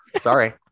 sorry